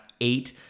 eight